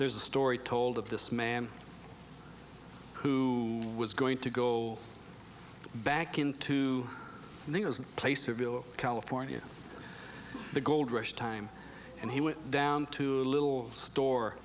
there's a story told of this man who was going to go back into the place of california the gold rush time and he went down to a little store